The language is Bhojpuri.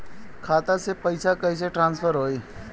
खाता से पैसा कईसे ट्रासर्फर होई?